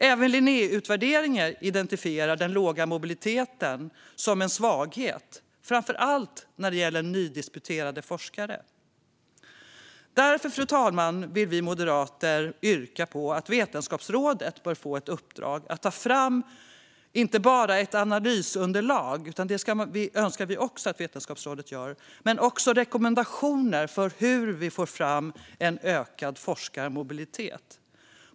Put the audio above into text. Även Linnéutvärderingen identifierar den låga mobiliteten som en svaghet, framför allt när det gäller nydisputerade forskare. Därför, fru talman, vill vi moderater yrka på att Vetenskapsrådet bör få ett uppdrag att ta fram inte bara ett analysunderlag, vilket vi också önskar att Vetenskapsrådet gör, utan också rekommendationer för hur vi får fram en ökad forskarmobilitet.